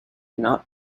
not